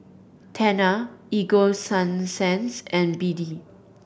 Tena Ego Sunsense and BD